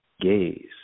gaze